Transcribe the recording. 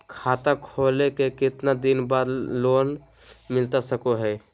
खाता खोले के कितना दिन बाद लोन मिलता सको है?